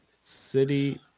City